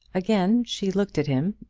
again she looked at him,